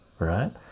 right